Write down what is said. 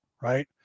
Right